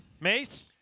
Mace